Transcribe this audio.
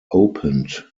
opened